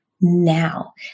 now